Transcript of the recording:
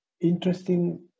interesting